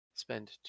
spend